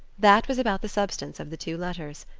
that was about the substance of the two letters.